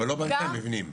אבל לא בנתה מבנים.